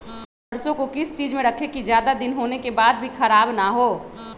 सरसो को किस चीज में रखे की ज्यादा दिन होने के बाद भी ख़राब ना हो?